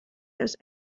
those